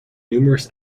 numerous